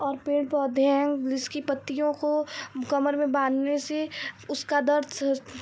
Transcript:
और पेड़ पौधें हें जिसकी पत्तियों को कमर में बांधने से उसका दर्द